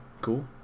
Cool